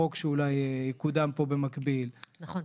חוק שאולי יקודם פה במקביל --- נכון,